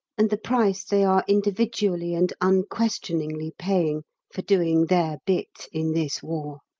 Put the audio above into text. and the price they are individually and unquestioningly paying for doing their bit in this war.